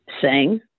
sing